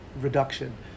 reduction